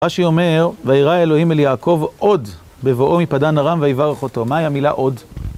מה שאומר, "וירא אלהים אל יעקב עוד בבאו מפדן ארם ויברך אתו", מהי המילה עוד?